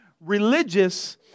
religious